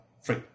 free